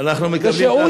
אנחנו מקבלים את ההצעה.